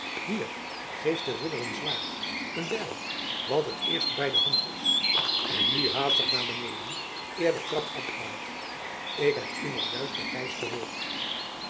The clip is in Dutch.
hier geeft den ridder een zwaard een bijl wat het eerste bij de hand is en nu haastig naar beneden eer de trap afbrandt ik heb u nog juist bijtijds gehoord